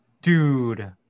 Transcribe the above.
Dude